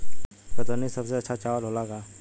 कतरनी सबसे अच्छा चावल होला का?